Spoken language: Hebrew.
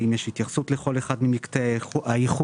האם יש התייחסות לכל אחד ממקטעי האיחור,